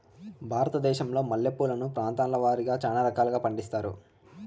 భారతదేశంలో మల్లె పూలను ప్రాంతాల వారిగా చానా రకాలను పండిస్తారు